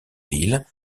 ville